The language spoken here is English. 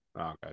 Okay